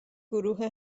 گروه